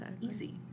easy